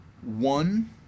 one